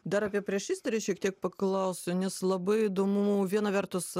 dar apie priešistorę šiek tiek paklausiu nes labai įdomu viena vertus